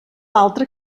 altra